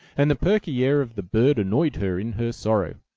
and the perky air of the bird annoyed her in her sorrow.